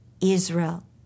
Israel